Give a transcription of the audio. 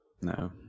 No